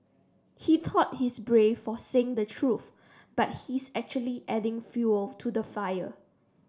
he thought he's brave for saying the truth but he's actually adding fuel to the fire